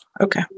okay